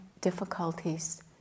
difficulties